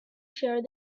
sheared